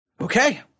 Okay